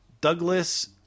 Douglas